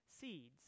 seeds